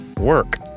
work